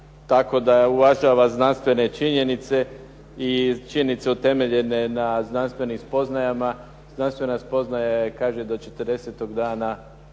tako da uvažava znanstvene činjenice i činjenice utemeljene na znanstvenim spoznajama, znanstvena spoznaja je da do 40 dana